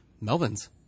Melvin's